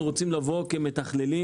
אנחנו רוצים לבוא כמתכללים.